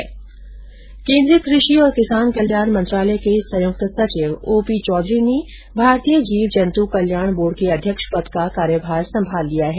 केन्द्रीय कृषि और किसान कल्याण मंत्रालय के संयुक्त सचिव ओ पी चौधरी ने भारतीय जीव जंत कल्याण बोर्ड के अध्यक्ष पद का कार्यभार संभाल लिया है